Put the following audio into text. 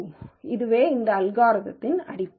இதுவே இந்த அல்காரிதத்தின் அடிப்படை